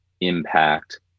impact